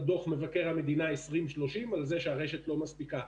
דוח מבקר המדינה 2030 על זה שהרשת לא מספיקה.